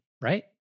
right